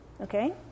Okay